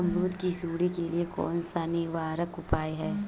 अमरूद की सुंडी के लिए कौन सा निवारक उपाय है?